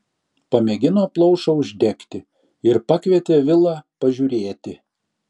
pamėgino plaušą uždegti ir pakvietė vilą pažiūrėti